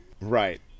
Right